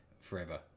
forever